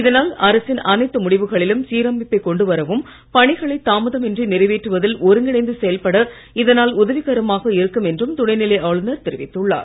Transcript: இதனால் அரசின் அனைத்து முடிவுகளிலும் சீரமைப்பை கொண்டு வரவும் பணிகளை தாமதமின்றி நிறைவேற்றுவதில் ஒருங்கிணைந்து செயல்பட இதனால் உதவிகரமாக இருக்கும் என்றும் துணைநிலை ஆளுநர் தெரிவித்துள்ளார்